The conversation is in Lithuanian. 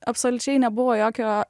absoliučiai nebuvo jokio